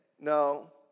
No